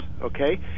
Okay